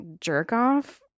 jerk-off